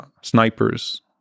snipers